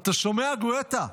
אתה שומע, גואטה?